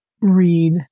read